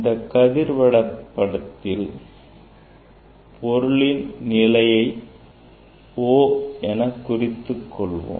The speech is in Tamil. இந்த கதிர் வரைபடத்தில் பொருளின் நிலையை O எனக் கொள்வோம்